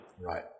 Right